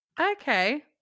okay